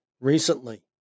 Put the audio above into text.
Recently